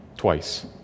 twice